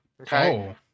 Okay